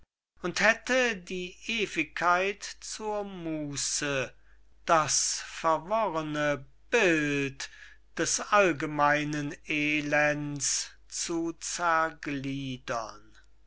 und hätte die ewigkeit zur musse das verworrene bild des allgemeinen elends zu